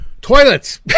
Toilets